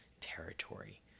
territory